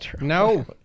No